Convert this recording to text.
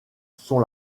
sont